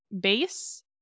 base